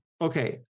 okay